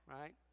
Right